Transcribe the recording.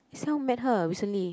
that's how I met her recently